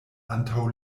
antaŭ